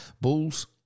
Bulls